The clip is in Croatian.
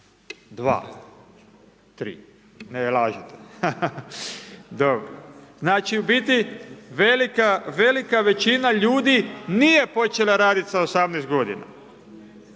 1, 2, 3, ne lažete, dobro. Znači u biti velika većina ljudi nije počela raditi sa 18 godina.